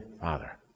Father